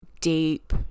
deep